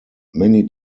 many